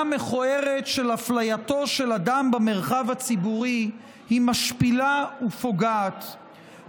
המכוערת של אפלייתו של אדם במרחב הציבורי היא משפילה ופוגעת,